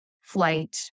flight